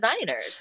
designers